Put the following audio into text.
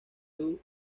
you